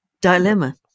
dilemma